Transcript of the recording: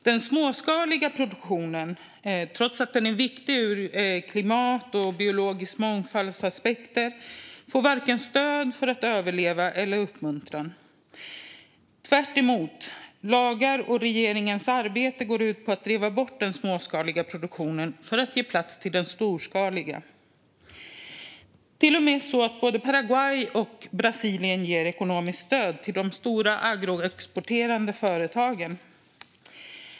Den småskaliga produktionen får, trots att den är viktig för klimat och biologisk mångfald, varken stöd att överleva eller uppmuntran. Tvärtom går lagar och regeringarnas arbete ut på att driva bort den småskaliga produktionen för att ge plats till den storskaliga. Både Paraguay och Brasilien ger till och med ekonomiskt stöd till de stora agroexporterande företagen.